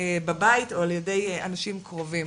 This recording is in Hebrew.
בבית או על ידי אנשים קרובים,